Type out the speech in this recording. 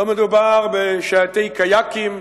לא מדובר בשייטי קיאקים,